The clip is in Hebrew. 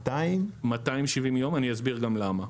אני אסביר גם למה.